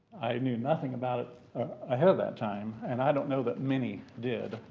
i knew nothing about it ahead of that time, and i don't know that many did,